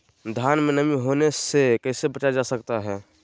धान में नमी होने से कैसे बचाया जा सकता है?